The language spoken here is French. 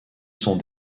sont